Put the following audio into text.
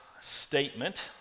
statement